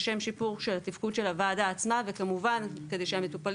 לשם שיפור התפקוד של הוועדה עצמה וכדי שהמטופלים